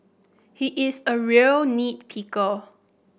he is a real nit picker